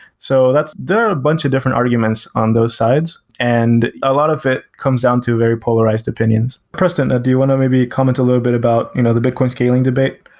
so there are a bunch of different arguments on those sides and a lot of it comes down to very polarized opinions. preston, do you want to maybe comment a little bit about you know the bitcoin scaling debate?